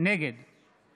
נגד